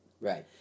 Right